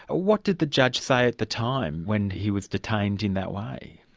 ah what did the judge say at the time, when he was detained in that way?